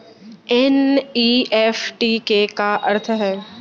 NEFT के का अर्थ है?